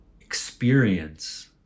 experience